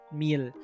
meal